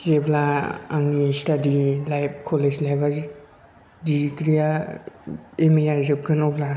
जेब्ला आंनि study life college लाइफया डिग्रिया एम ए या जोबगोन अब्ला